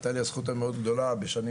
היתה לי הזכות המאוד גדולה בשנים